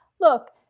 Look